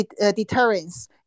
deterrence